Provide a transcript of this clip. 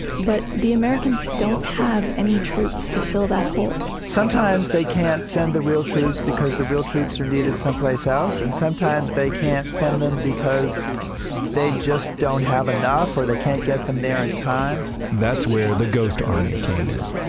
but the americans don't have any troops to fill that hole sometimes they can't send the real troops because the real troops are needed someplace else and sometimes they can't send them because they just don't have enough or they can't get them there in time that's where the ghost army came in.